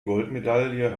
goldmedaille